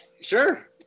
sure